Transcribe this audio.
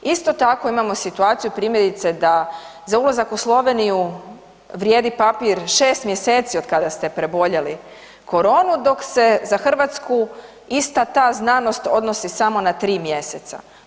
Isto tako imamo situaciju primjerice da za ulazak u Sloveniju vrijedi papir 6 mjeseci od kada ste preboljeli koronu, dok se za Hrvatsku ista ta znanost odnosi samo na 3 mjeseca.